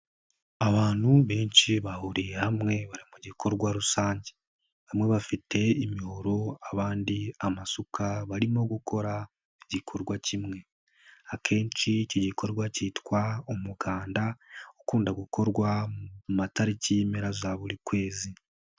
Abantu benshi bahuriye hamwe bari mu gikorwa rusange. Bamwe bafite imihoro, abandi amasuka, barimo gukora igikorwa kimwe. Akenshi iki gikorwa cyitwa umukanda, ukunda gukorwa mu matariki y'impera za buri kwezi.